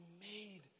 made